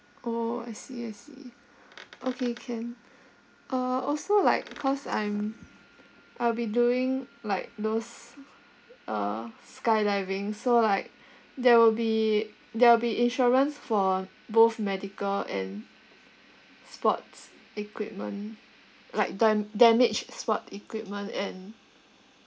orh I see I see okay can uh also like cause I'm I'll be doing like those uh skydiving so like there will be there'll be insurance for both medical and sports equipment like dum~ damaged sport equipment and